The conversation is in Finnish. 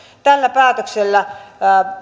tällä päätöksellä